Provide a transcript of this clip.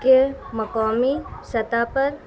کے مقامی سطح پر